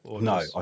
No